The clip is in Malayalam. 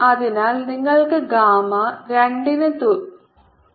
അതിനാൽ നിങ്ങൾക്ക് ഗാമാ രണ്ടിന് തുല്യമാണ്